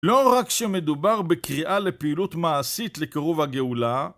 לא רק שמדובר בקריאה לפעילות מעשית לקירוב הגאולה